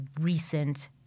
recent